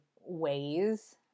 ways